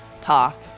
talk